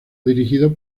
dirigido